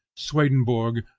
swedenborg,